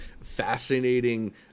fascinating